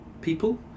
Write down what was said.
people